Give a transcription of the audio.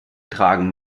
tragen